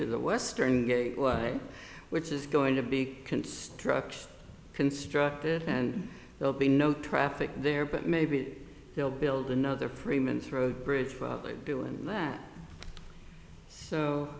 to the western gate which is going to be construction constructed and they'll be no traffic there but maybe they'll build another freeman throat bridge for doing that